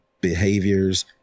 behaviors